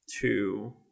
two